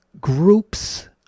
groups